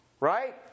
right